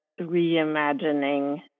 reimagining